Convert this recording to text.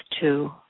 two